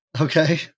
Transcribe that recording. Okay